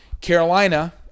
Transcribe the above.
Carolina